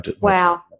Wow